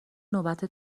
نوبت